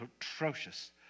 atrocious